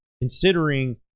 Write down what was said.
considering